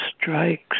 strikes